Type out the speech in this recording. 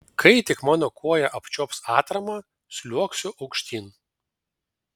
kai tik mano koja apčiuops atramą sliuogsiu aukštyn